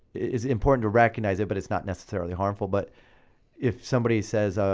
is important to recognize it, but it's not necessarily harmful. but if somebody says.